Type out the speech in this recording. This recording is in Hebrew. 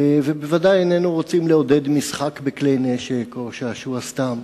ובוודאי איננו רוצים לעודד משחק בכלי נשק או שעשוע סתם,